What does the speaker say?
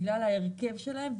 בגלל ההרכב שלהם,